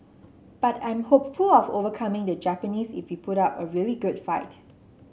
but I'm hopeful of overcoming the Japanese if we put up a really good fight